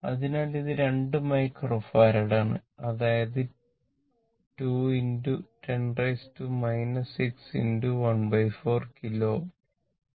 അതിനാൽ ഇത് 2 മൈക്രോഫാരഡ് ആണ് അതായത് 2 10 6 1 4 കിലോ Ω